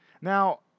now